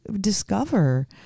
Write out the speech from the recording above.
discover